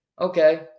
Okay